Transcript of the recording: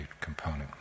component